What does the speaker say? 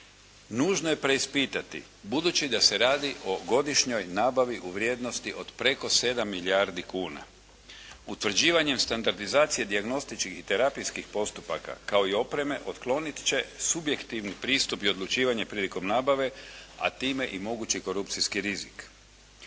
nužno je preispitati budući da se radi o godišnjoj nabavi u vrijednosti od preko 7 milijardi kuna. Utvrđivanjem standardizacije dijagnostičkih i terapijskih postupaka kao i opreme, otklonit će subjektivni pristup i odlučivanje prilikom nabave, a time i mogući korupcijski rizik.